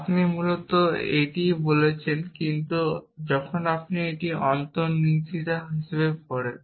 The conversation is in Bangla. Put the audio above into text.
আপনি মূলত এটিই বলছেন কিন্তু যখন আমরা এটি একটি অন্তর্নিহিততা পড়ি